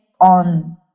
on